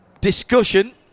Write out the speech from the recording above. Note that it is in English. discussion